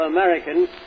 Americans